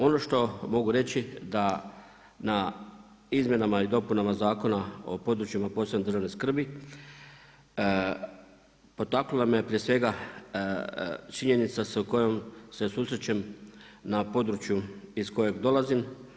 Ono što mogu reći da na izmjenama i dopunama Zakona o područjima posebne državne skrbi potaknula me prije svega činjenica sa kojom se susrećem na području iz kojeg dolazim.